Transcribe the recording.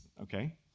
okay